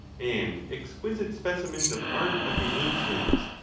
and exquisite specimens of art of the ancients,